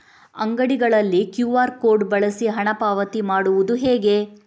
ಅಂಗಡಿಗಳಲ್ಲಿ QR code ಬಳಸಿ ಹಣ ಪಾವತಿ ಮಾಡೋದು ಹೇಗೆ?